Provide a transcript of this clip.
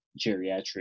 geriatric